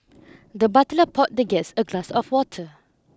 the butler poured the guest a glass of water